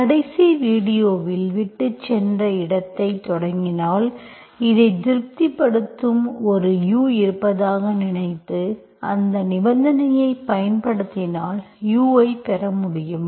கடைசி வீடியோவில் விட்டுச்சென்ற இடத்தைத் தொடங்கினால் இதை திருப்திப்படுத்தும் ஒரு u இருப்பதாக நினைத்து இந்த நிபந்தனையை பயன்படுத்தினால் u ஐப் பெற முடியுமா